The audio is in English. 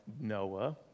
Noah